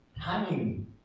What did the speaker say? Timing